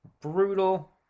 Brutal